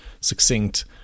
succinct